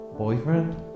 boyfriend